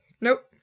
Nope